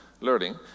learning